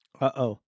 Uh-oh